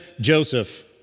Joseph